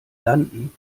landen